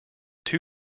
two